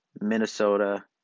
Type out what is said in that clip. Minnesota